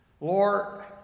Lord